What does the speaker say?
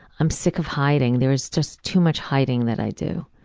i'm sick of hiding. there's just too much hiding that i do.